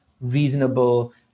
reasonable